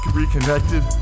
reconnected